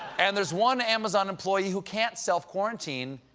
and there's one amazon employee who can't self-quarantine,